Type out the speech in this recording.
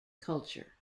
culture